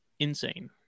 insane